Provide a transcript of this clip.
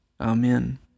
Amen